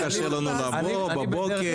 קשה לנו לבוא בבוקר,